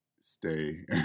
stay